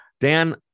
Dan